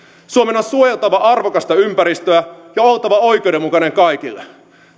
suomen on suojeltava arvokasta ympäristöä ja oltava oikeudenmukainen kaikille